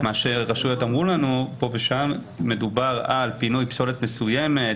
יש רשויות שאמרו לנו פה ושם שמדובר על פינוי פסולת מסוימות